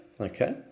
Okay